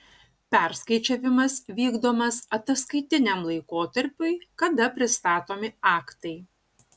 perskaičiavimas vykdomas ataskaitiniam laikotarpiui kada pristatomi aktai